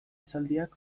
esaldiak